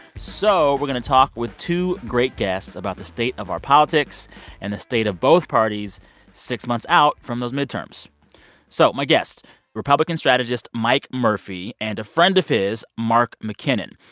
so we're going to talk with two great guests about the state of our politics and the state of both parties six months out from those midterms so my guests republican strategist mike murphy and a friend of his, mark mckinnon.